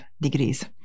degrees